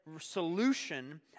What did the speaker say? solution